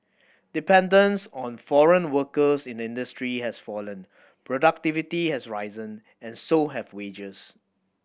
dependence on foreign workers in the industry has fallen productivity has risen and so have wages